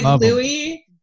louis